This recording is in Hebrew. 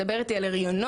מדבר איתי על הריונות,